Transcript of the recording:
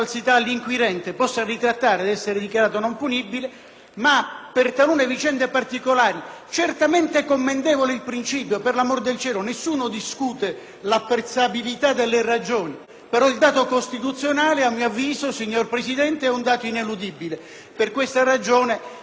ma per talune vicende particolari, se è certamente commendevole il principio - per l'amor del cielo, nessuno discute l'apprezzabilità delle ragioni - il dato costituzionale, Presidente, a mio avviso è ineludibile. Per questa ragione credo che l'Aula dovrebbe riconsiderare